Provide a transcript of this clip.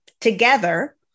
together